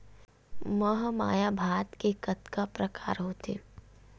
महमाया भात के कतका प्रकार होथे?